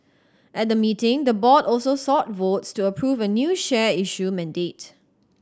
at the meeting the board also sought votes to approve a new share issue mandate